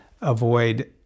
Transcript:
Avoid